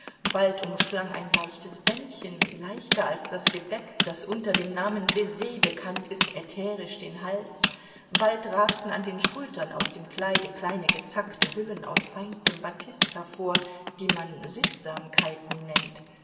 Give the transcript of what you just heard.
bald umschlang ein leichtes bändchen leichter als das gebäck das unter dem namen baiser bekannt ist ätherisch den hals bald ragten an den schultern aus dem kleide kleine gezackte hüllen aus feinstem batist hervor die man sittsamkeiten nennt